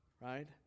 Right